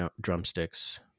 drumsticks